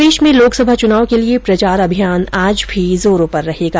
प्रदेश में लोकसभा चुनाव के लिये प्रचार अभियान आज भी जोरो पर रहेगा